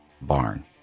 barn